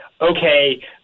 okay